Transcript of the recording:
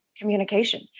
communication